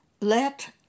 Let